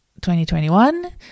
2021